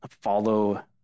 follow